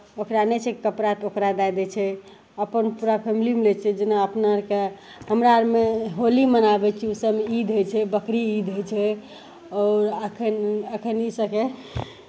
ओकरा नहि छै कपड़ा तऽ ओकरा दए दै छै अपन पूरा फैमिलीमे लै छै जेना अपना अरके हमरा अरमे होली मनाबै छी ओ सभमे ईद होइ छै बकरीद होइ छै आओर एखन एखन इ सभके